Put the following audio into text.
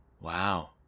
Wow